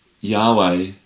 Yahweh